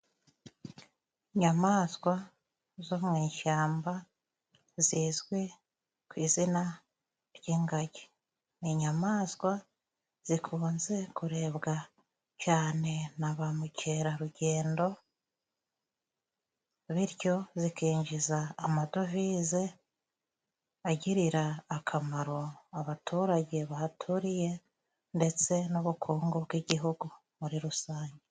Inyamaswa zo mu ishyamba zizwi ku izina ry’ingagi. Ni inyamaswa zikunze kurebwa cane na ba mukerarugendo, bityo zikinjiza amadovize agirira akamaro abaturage bahaturiye ndetse n’ubukungu bw’igihugu muri rusange.